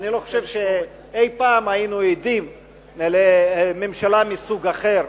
אני לא חושב שאי-פעם היינו עדים לממשלה מסוג אחר,